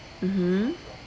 mmhmm